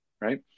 right